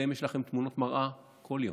לכם יש תמונות מראה כל יום.